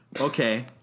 Okay